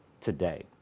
today